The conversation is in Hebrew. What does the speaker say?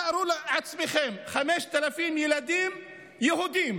תארו לעצמכם 5,000 ילדים יהודים